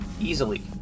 easily